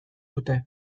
dute